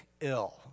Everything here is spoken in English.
ill